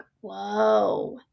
whoa